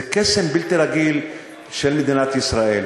זה קסם בלתי רגיל של מדינת ישראל.